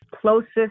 closest